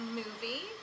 movie